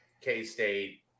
k-state